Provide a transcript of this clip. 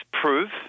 proof